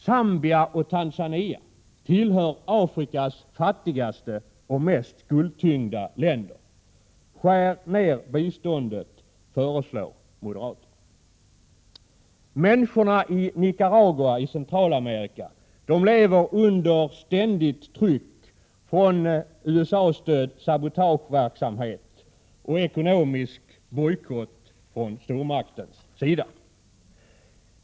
Zambia och Tanzania tillhör Afrikas fattigaste och mest skuldtyngda länder. Moderaterna föreslår att man skär ned biståndet till dessa länder. Människorna i Nicaragua i Centralamerika lever under ständigt tryck från USA-stödd sabotageverksamhet och ekonomisk bojkott från stormaktens sida.